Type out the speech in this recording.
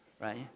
right